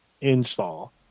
install